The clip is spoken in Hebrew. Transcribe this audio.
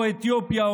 או אתיופיה,